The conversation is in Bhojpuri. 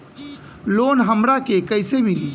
लोन हमरा के कईसे मिली?